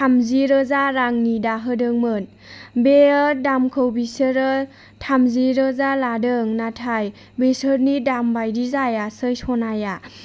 थामजि रोजा रांनि दाहोदोंमोन बेयो दामखौ बिसोरो थामजि रोजा लादों नाथाय बिसोरनि दाम बायदि जायासै सनाया